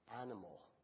animal